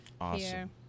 Awesome